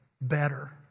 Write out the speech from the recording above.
better